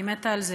אני מתה על זה.